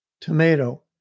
tomato